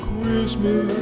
Christmas